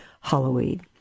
Halloween